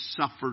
suffered